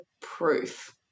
proof